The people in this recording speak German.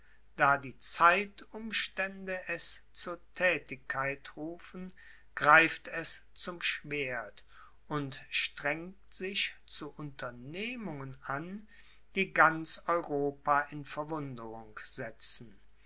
da die zeitumstände es zur thätigkeit rufen greift es zum schwert und strengt sich zu unternehmungen an die ganz europa in verwunderung setzen